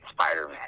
Spider-Man